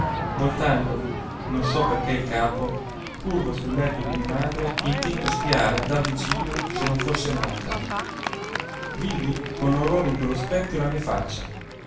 voltando non so perché il capo curvo sul letto di mia madre e intento a spiare davvicino se non fosse morta vidi con orrore in quello specchio la mia faccia